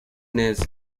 neza